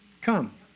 Come